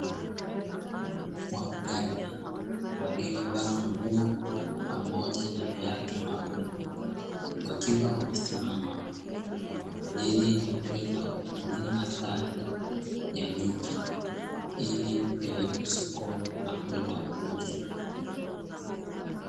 Wafugaji waliovaa nguo na viatu maalumu wakiwa wamesimama kwa ajili ya kwenda kuvuna asali ya nyuki, ili ipelekwe sokoni na kwenda kuuzwa.